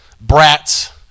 brats